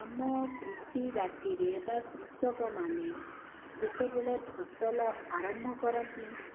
ଆମ କୃଷିଜାତିରେ ବା କୃଷକମାନେ ଯେତେବେଳେ ଫସଲ ଆରମ୍ଭ କରନ୍ତି